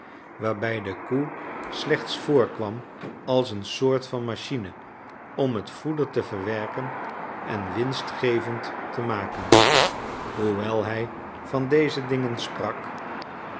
waarbij de koe slechts voorkwam als een soort van machine om het voeder te verwerken en winstgevend te maken hoewel hij van deze dingen sprak